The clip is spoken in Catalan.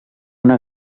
una